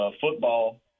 Football